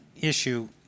issue